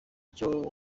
icyo